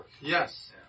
Yes